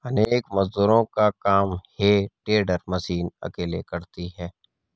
अनेक मजदूरों का काम हे टेडर मशीन अकेले करती है